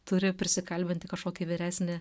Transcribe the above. turi prisikalbinti kažkokį vyresnį